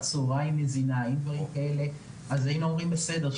צוהריים מזינה אז היינו אומרים: בסדר,